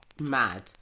mad